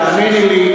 תאמיני לי,